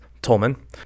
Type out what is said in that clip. Tolman